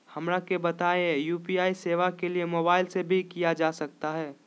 हमरा के बताइए यू.पी.आई सेवा के लिए मोबाइल से भी किया जा सकता है?